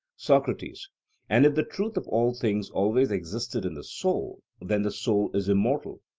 socrates and if the truth of all things always existed in the soul, then the soul is immortal.